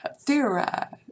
theorize